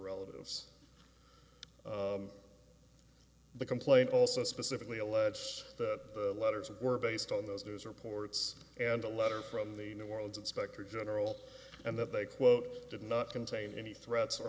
relatives the complaint also specifically allege that letters were based on those news reports and a letter from the new orleans inspector general and that they quote did not contain any threats or